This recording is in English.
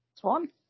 one